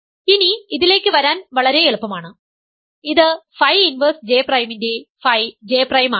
ഇനി ഇതിലേക്ക് വരാൻ വളരെ എളുപ്പമാണ് ഇത് ഫൈ ഇൻവെർസ് J പ്രൈമിൻറെ ഫൈ J പ്രൈം ആണ്